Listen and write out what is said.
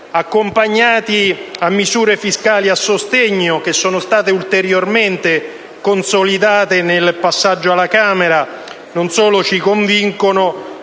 accompagnati da misure fiscali a sostegno, che sono state ulteriormente consolidate nel passaggio alla Camera, non solo ci convincono,